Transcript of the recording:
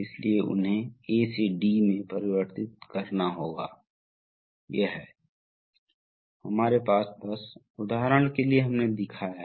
इसलिए यदि आप बाएं सिलेंडर का संचालन करते हैं फिर पंप ठीक है पहले हम उन्नत सर्किट को देखें जो कि सही सिलेंडर है इसलिए यदि आप इसे कनेक्ट करते हैं तो पोर्ट A पंप से जुड़ा हुआ है